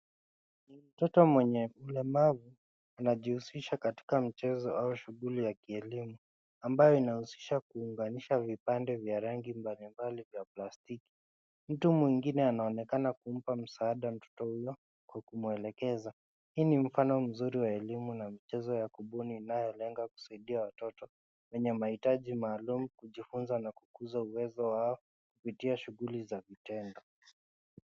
Ni mtoto mwenye ulemavu anajihusisha katika mchezo au shughuli ya kielimu ambayo inahusisha kuunganisha vipande vya rangi mbalimbali vya plastiki. Mtu mwingine anaonekana kumpa msaada mtoto huyo kwa kumwelekeza. Hii ni mfano mzuri wa elimu na mchezo ya kubuni inayolenga kusaidia watoto wenye mahitaji maalum kujifunza na kukuza uwezo wao kupitia shughuli za vitendo.